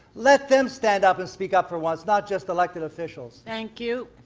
let them stand up and speak up for once not just elected officials. thank you.